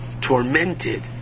tormented